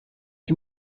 ihm